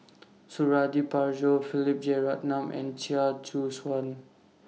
Suradi Parjo Philip Jeyaretnam and Chia Choo Suan